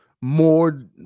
more